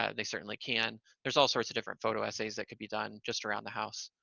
ah they certainly can there's all sorts of different photo essays that could be done just around the house.